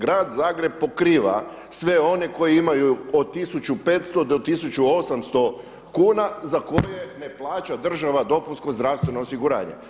Grad Zagreb pokriva sve one koji imaju od 1500 do 1800 kuna za koje ne plaća država dopunsko zdravstveno osiguranje.